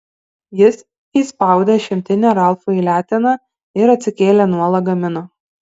jis įspraudė šimtinę ralfui į leteną ir atsikėlė nuo lagamino